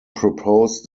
proposed